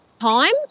time